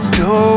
go